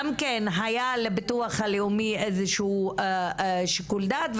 גם כן היה לביטוח הלאומי איזשהו שיקול דעת,